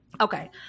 Okay